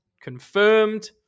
confirmed